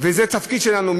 וזה התפקיד שלנו.